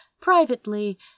Privately